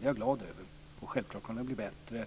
Det är jag glad över, och självklart kommer den att bli bättre.